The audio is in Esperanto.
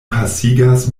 pasigas